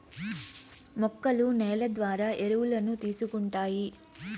మొక్కలు నేల ద్వారా ఎరువులను తీసుకుంటాయి